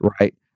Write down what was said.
right